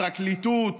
הפרקליטות